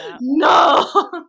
No